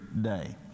day